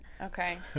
okay